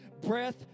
breath